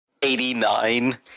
89